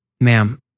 Ma'am